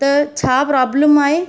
त छा प्रोबलम आहे